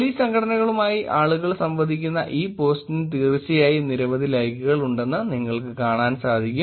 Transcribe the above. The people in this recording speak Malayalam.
പോലീസ് സംഘടനകളുമായി ആളുകൾ സംവദിക്കുന്ന ഈ പോസ്റ്റിനു തീർച്ചയായും നിരവധി ലൈക്കുകൾ ഉണ്ടെന്ന് നിങ്ങൾക്ക് കാണാൻ സാധിക്കും